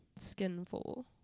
Skinful